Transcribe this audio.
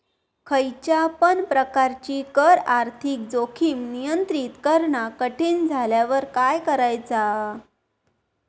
खयच्या पण प्रकारची कर आर्थिक जोखीम नियंत्रित करणा कठीण झाल्यावर काय करायचा?